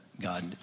God